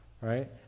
Right